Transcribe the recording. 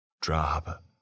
Drop